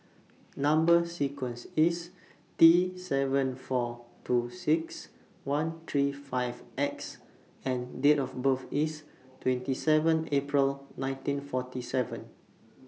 Number sequence IS T seven four two six one three five X and Date of birth IS twenty seven April nineteen forty seven